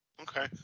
Okay